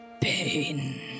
pain